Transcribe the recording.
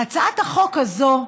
והצעת החוק הזאת,